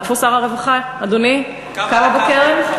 שר הרווחה, אדוני, כמה בקרן?